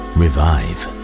revive